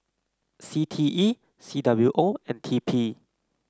C T E C W O and T P